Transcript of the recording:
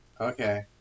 Okay